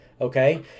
okay